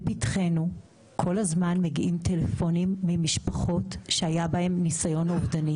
לפתחינו כל הזמן מגיעים טלפונים ממשפחות שהיה בהם ניסיון אובדני.